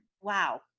Wow